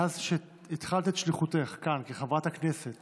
מאז שהתחלת את שליחותך כאן כחברת הכנסת